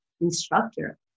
instructor